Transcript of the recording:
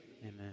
Amen